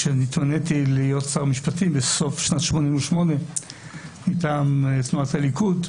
כשנתמניתי להיות שר משפטים בסוף שנת 1988 מטעם תנועת הליכוד,